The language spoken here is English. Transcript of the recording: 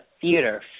theater